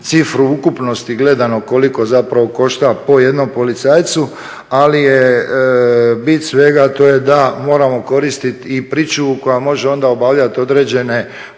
cifru u ukupnosti gledano koliko košta po jednom policajcu, ali je bit svega da moramo koristiti i pričuvu koja može onda obavljati određene